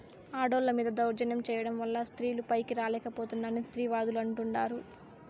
ఆడోళ్ళ మీద దౌర్జన్యం చేయడం వల్ల స్త్రీలు పైకి రాలేక పోతున్నారని స్త్రీవాదులు అంటుంటారు